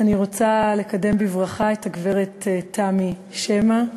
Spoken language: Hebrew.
אני רוצה לקדם בברכה את הגברת תמי שמע,